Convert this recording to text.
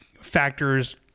factors